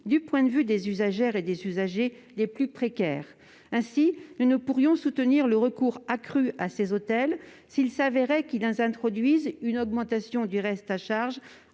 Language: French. qui concerne les usagères et les usagers les plus précaires. Ainsi, nous ne pourrions soutenir le recours accru à ces hôtels, s'il s'avérait qu'il introduit une augmentation du reste à charge